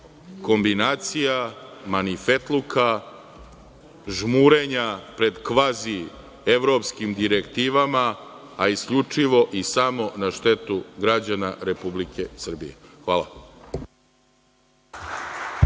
kombinacija, marifetluka, žmurenja pred kvazi-evropskim direktivama, a isključivo i samo na štetu građana Republike Srbije. Hvala.